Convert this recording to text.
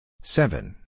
seven